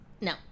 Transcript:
no